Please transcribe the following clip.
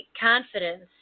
confidence